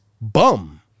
bum